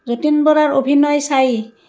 যতীন বৰাৰ অভিনয় চাই